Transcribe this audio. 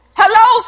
hello